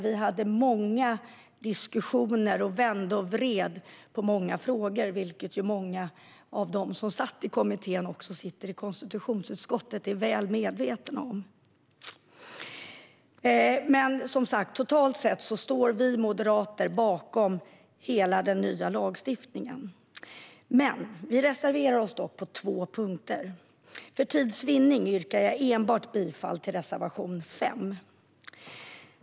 Vi hade många diskussioner och vände och vred på många frågor. Många av dem som satt med i kommittén sitter också i konstitutionsutskottet och är väl medvetna om detta. Vi moderater står bakom hela den nya lagstiftningen, men vi reserverar oss på två punkter. För tids vinnande yrkar jag bifall till enbart reservation 5.